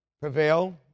prevail